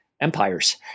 empires